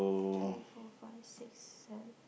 three four five six seven eight